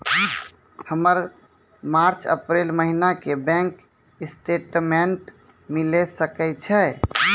हमर March April महीना के बैंक स्टेटमेंट मिले सकय छै?